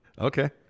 Okay